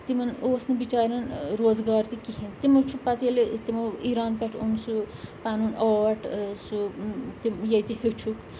تِمَن اوس نہٕ بِچارٮ۪ن روزگار تہِ کِہیٖنۍ تِمو چھُ پَتہٕ ییٚلہِ تِمو اِیٖران پٮ۪ٹھ اوٚن سُہ پَنُن آٹ سُہ تِم ییٚتہِ ہیٚچھُکھ